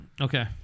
Okay